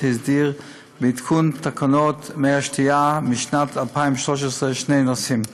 בעדכון תקנות מי השתייה משנת 2013 שני נושאים: